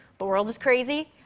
but world is crazy.